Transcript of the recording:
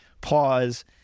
pause